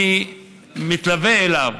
אני מתלווה אליו